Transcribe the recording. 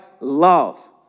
love